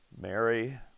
Mary